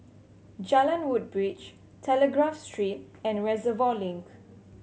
Jalan Woodbridge Telegraph Street and Reservoir Link